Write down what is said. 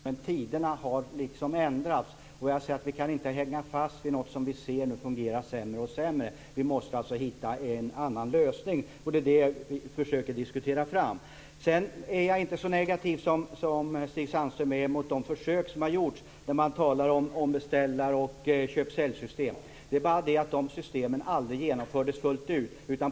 Herr talman! Landstingssystemet har haft sin tid, men tiderna har ändrats, och vi kan inte hänga fast vid något som vi ser fungerar allt sämre. Vi måste hitta en annan lösning, och det är en sådan som vi försöker diskutera fram. Jag är inte så negativ som Stig Sandström mot de försök som har gjorts med beställar/utförarsystem och köp-sälj-system. Det är bara så att de systemen inte kom att genomföras fullt ut.